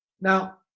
Now